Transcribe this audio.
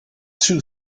two